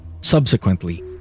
subsequently